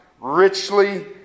richly